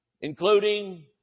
including